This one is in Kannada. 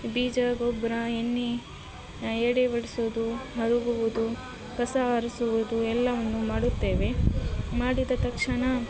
ಬೀಜ ಗೊಬ್ಬರ ಎಣ್ಣೆ ಎಡೆ ಬಿಡಿಸುದು ಹರಗುವುದು ಕಸ ಆರಿಸುವುದು ಎಲ್ಲವನ್ನು ಮಾಡುತ್ತೇವೆ ಮಾಡಿದ ತಕ್ಷಣ